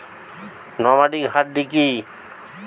Nomadic hardy কি?